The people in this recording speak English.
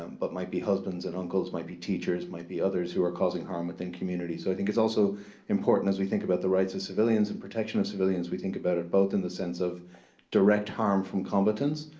um but might be husbands and uncles, might be teachers, might be others, who are causing harm within communities, so i think it's also important as we think about the rights of civilians and protection of civilians, we think about it both in the sense of direct harm from combatants,